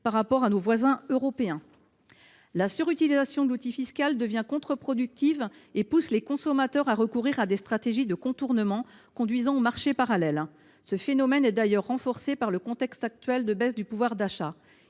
vigueur chez nos voisins européens. La surutilisation de l’outil fiscal devient contre productive et pousse les consommateurs à recourir à des stratégies de contournement, ce qui conduit au développement du marché parallèle. Ce phénomène est d’ailleurs accru dans le contexte actuel de baisse du pouvoir d’achat.